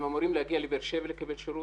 הם אמורים להגיע לבאר שבע לקבל שירות?